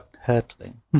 hurtling